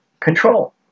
control